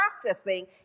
practicing